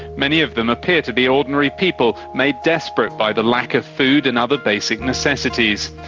many of them appear to be ordinary people made desperate by the lack of food and other basic necessities.